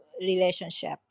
relationship